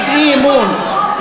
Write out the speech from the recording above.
וכשבא חבר כנסת להציג אי-אמון,